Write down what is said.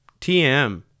TM